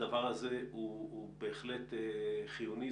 הדבר הזה הוא בהחלט חיוני.